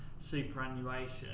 superannuation